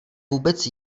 vůbec